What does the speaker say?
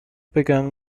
began